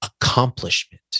accomplishment